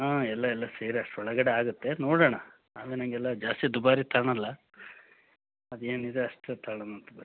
ಹಾಂ ಎಲ್ಲ ಎಲ್ಲ ಸೇರಿ ಅಷ್ಟು ಒಳಗಡೆ ಆಗುತ್ತೆ ನೋಡೋಣ ಆಗ ನಂಗೆ ಎಲ್ಲ ಜಾಸ್ತಿ ದುಬಾರಿ ತಗಳಲ್ಲ ಅದು ಏನಿದೆ ಅಷ್ಟೆ ತಗೊಳನಂತ ಬರ್ರಿ